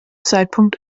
zeitpunkt